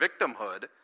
victimhood